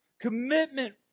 Commitment